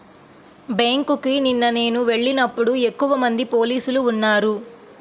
బ్యేంకుకి నిన్న నేను వెళ్ళినప్పుడు ఎక్కువమంది పోలీసులు ఉన్నారు